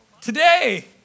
today